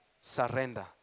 surrender